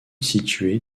située